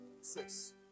six